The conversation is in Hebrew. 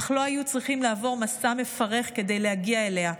אך לא היו צריכים לעבור מסע מפרך כדי להגיע אליה,